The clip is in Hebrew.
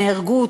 נהרגו,